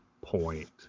point